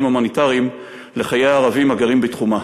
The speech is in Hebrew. הומניטריים לחיי הערבים הגרים בתחומה.